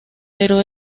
pero